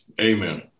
amen